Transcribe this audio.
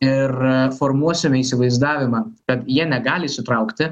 ir formuosime įsivaizdavimą kad jie negali įsitraukti